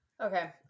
Okay